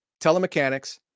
telemechanics